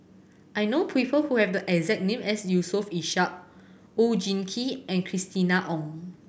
I know people who have the exact name as Yusof Ishak Oon Jin Gee and Christina Ong